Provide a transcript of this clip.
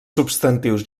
substantius